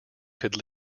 could